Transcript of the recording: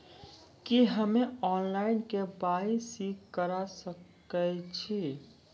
की हम्मे online, KYC करा सकैत छी?